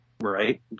right